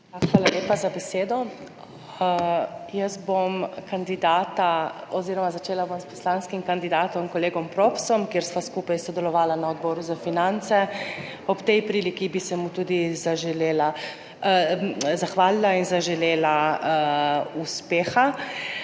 hvala lepa za besedo. Jaz bom kandidata oz. začela bom s poslanskim kandidatom kolegom Propsom, kjer sva skupaj sodelovala na Odboru za finance. Ob tej priliki bi se mu tudi zaželela, zahvalila in zaželela uspeha.